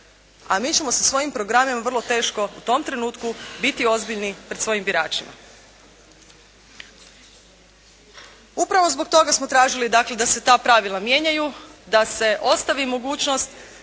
a mi ćemo sa svojim programima vrlo teško u tom trenutku biti ozbiljni pred svojim biračima. Upravo zbog toga smo tražili dakle, da se ta pravila mijenjaju, da se ostavi mogućnost